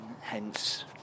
Hence